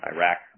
Iraq